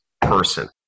person